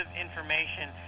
information